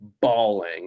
bawling